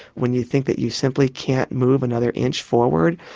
when you think that you simply can't move another inch forward,